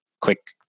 quick